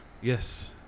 Yes